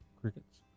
Crickets